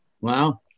wow